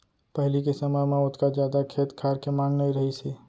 पहिली के समय म ओतका जादा खेत खार के मांग नइ रहिस हे